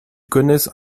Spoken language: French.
connaissent